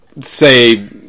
say